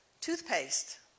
Toothpaste